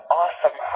awesome